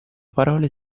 parole